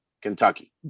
Kentucky